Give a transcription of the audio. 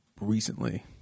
recently